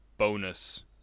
bonus